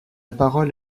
parole